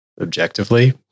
objectively